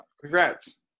Congrats